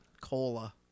Cola